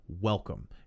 welcome